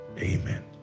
amen